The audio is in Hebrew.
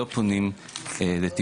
לא פונים לטיפול.